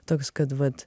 toks kad vat